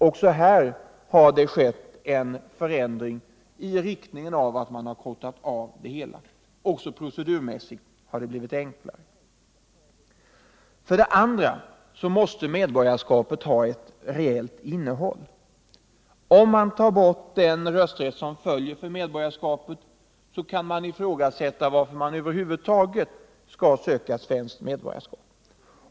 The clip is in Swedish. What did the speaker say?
Också därvidlag har det skett en förändring i den riktningen att tiden har avkortats, och även procedurmässigt har det blivit enklare. För det andra måste medborgarskapet ha ett reellt innehåll. Om den rösträtt som följer med medborgarskapet tas bort, kan det ifrågasättas varför man över huvud taget skall söka svenskt medborgarskap.